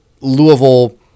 Louisville